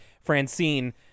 Francine